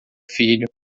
filho